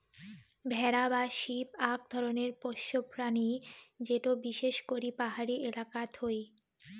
ভেড়া বা শিপ আক ধরণের পোষ্য প্রাণী যেটো বিশেষ করি পাহাড়ি এলাকাত হই